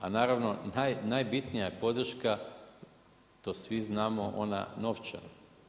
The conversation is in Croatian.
A naravno, najbitnija je podrška, to svi znamo, ona novčana.